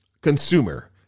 consumer